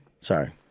Sorry